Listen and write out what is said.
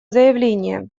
заявление